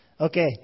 Okay